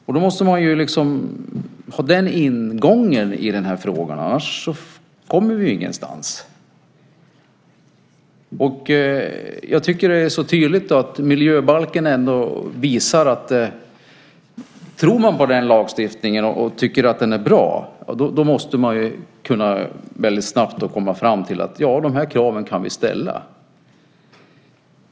Därför måste den ingången finnas när det gäller den här frågan, annars kommer vi ingenstans. Trots allt visar miljöbalken tydligt att om man tror på den lagstiftningen och tycker att den är bra så måste man också snabbt kunna komma fram till att vi kan ställa de kraven.